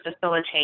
facilitate